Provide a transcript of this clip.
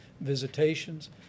visitations